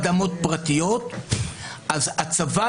זאת זכותך.